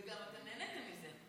וגם אתם נהניתם מזה.